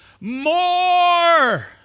More